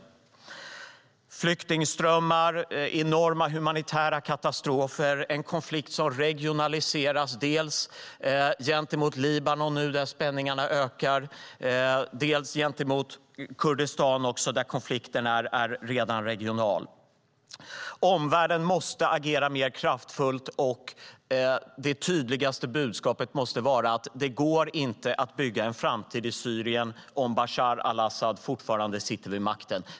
Det medför flyktingströmmar, enorma humanitära katastrofer och är en konflikt som regionaliseras dels gentemot Libanon, där spänningarna nu ökar, dels gentemot Kurdistan, där konflikten redan är regional. Omvärlden måste agera mer kraftfullt. Det tydligaste budskapet måste vara att det inte går att bygga en framtid i Syrien om Bashar al-Assad sitter vid makten.